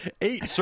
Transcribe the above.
eight